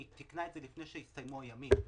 היא תיקנה את זה לפני שהסתיימו הימים.